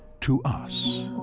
to us.